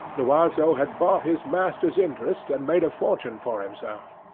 loiseau had bought his master's interest, and made a fortune for himself.